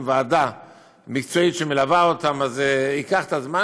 ועדה מקצועית שמלווה אותם זה ייקח זמן,